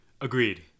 Agreed